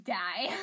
die